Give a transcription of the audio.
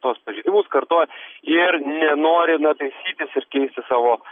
tuos pažeidimus kartoja ir nenori na taisytis ir keisti savo